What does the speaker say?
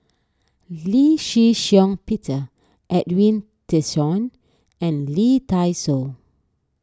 Lee Shih Shiong Peter Edwin Tessensohn and Lee Dai Soh